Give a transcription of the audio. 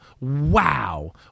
wow